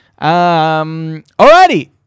Alrighty